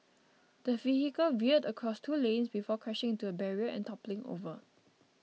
the vehicle veered across two lanes before crashing into a barrier and toppling over